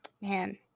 Man